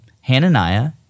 Hananiah